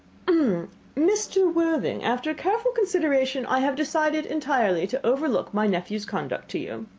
mr. worthing, after careful consideration i have decided entirely to overlook my nephew's conduct to you.